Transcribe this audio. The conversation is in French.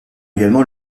également